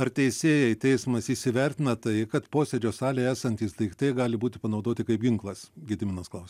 ar teisėjai teismas įsivertina tai kad posėdžio salėje esantys daiktai gali būti panaudoti kaip ginklas gediminas klausia